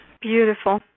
Beautiful